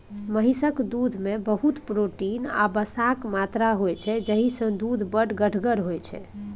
महिषक दुधमे बहुत प्रोटीन आ बसाक मात्रा होइ छै जाहिसँ दुध बड़ गढ़गर होइ छै